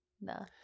No